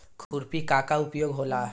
खुरपी का का उपयोग होला?